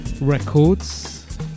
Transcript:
Records